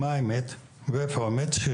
מה האמת ואיפה האמת.